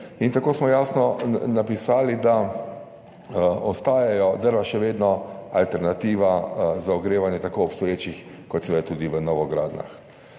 in tako smo jasno napisali, da ostajajo drva še vedno alternativa za ogrevanje tako v obstoječih kot seveda tudi v novogradnjah.